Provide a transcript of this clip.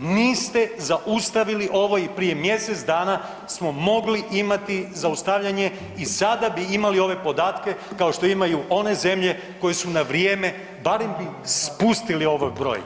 niste zaustavili ovo i prije mjesec dana smo mogli imati zaustavljanje i sada bi imali ove podatke kao što imaju one zemlje koje su na vrijeme barem spustili ovaj broj.